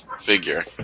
figure